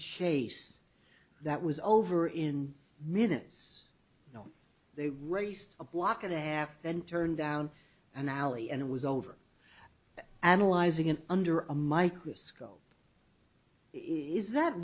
chase that was over in minutes they raced a block and a half then turned down an alley and it was over analyzing it under a microscope is that